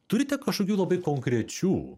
turite kažkokių labai konkrečių